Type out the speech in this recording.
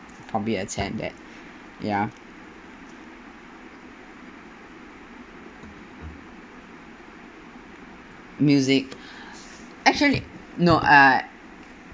probably attend that ya music actually no I